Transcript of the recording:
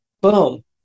Boom